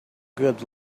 good